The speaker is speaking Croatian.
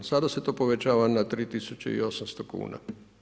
Sada se to povećava na 3800 kuna.